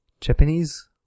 japanese